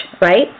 right